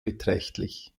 beträchtlich